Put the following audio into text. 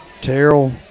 Terrell